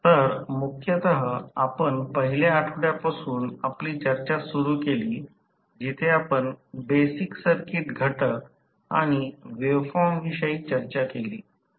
तर मुख्यतः आपण पहिल्या आठवड्या पासून आपली चर्चा सुरू केली जिथे आपण बेसिक सर्किट घटक आणि वेव्हफॉर्म विषयी चर्चा केली